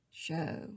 show